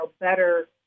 better